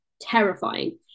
terrifying